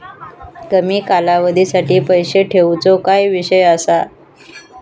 कमी कालावधीसाठी पैसे ठेऊचो काय विषय असा?